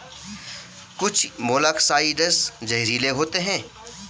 कुछ मोलॉक्साइड्स जहरीले होते हैं